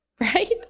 Right